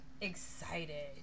excited